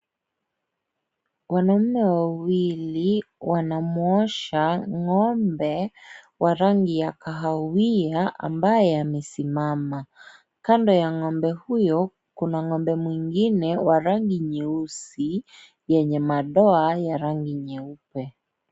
Wanaume wawili wanamuosha ngombe wa rangi ya kahawia ambaye amesimama kando ya ngombe huyo kuna ngombe mwingine wa rangi nyeusi yenye madoa ya rangi nyeupe.